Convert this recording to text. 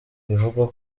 bivugwa